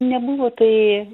nebuvo tai